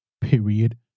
period